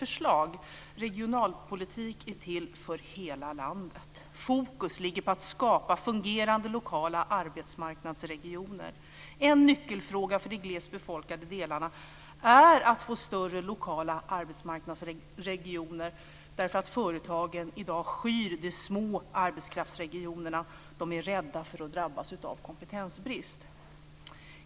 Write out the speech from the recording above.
Regionalpolitik är till för hela landet. Fokus sätts på att skapa fungerande lokala arbetsmarknadsregioner. En nyckelfråga för de glest befolkade delarna är få större lokala arbetsmarknadsregioner därför att företagen i dag skyr de små arbetskraftsregionerna. De är rädda för att drabbas av kompetensbrist.